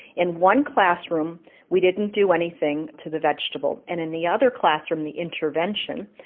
in one classroom we didn't do anything to the vegetable, and in the other classroom, the intervention,